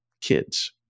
kids